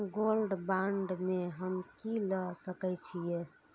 Gold bond में हम की ल सकै छियै?